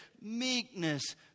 meekness